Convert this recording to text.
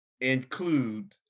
include